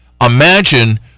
Imagine